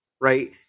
right